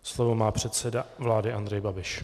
Slovo má předseda vlády Andrej Babiš.